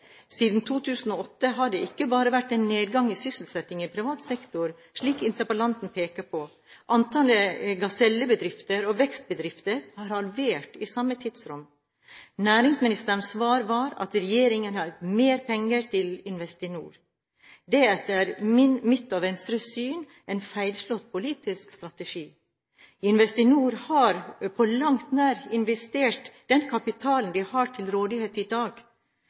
Siden 2008 har det ikke bare vært en nedgang i sysselsettingen i privat sektor, slik interpellanten peker på. Antallet gasellebedrifter og vekstbedrifter er halvert i samme tidsrom. Næringsministerens svar var at regjeringen har gitt mer penger til Investinor. Det er etter mitt og Venstres syn en feilslått politisk strategi. Investinor har på langt nær investert den kapitalen de har til rådighet i dag,